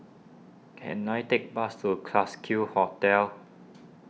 can I take a bus to Classique Hotel